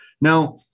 Now